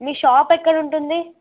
మీ shop ఎక్కడ ఉంటుంది